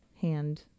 hand